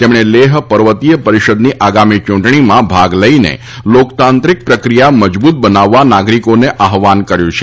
તેમણે લેહ પર્વતીય પરિષદની આગામી ચૂંટણીમાં ભાગ લઈને લોકતાંત્રિક પ્રક્રિયા મજબૂત બનાવવા નાગરિકોને આહવાન કર્યું છે